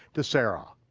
to sarah.